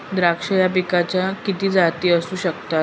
द्राक्ष या पिकाच्या किती जाती असू शकतात?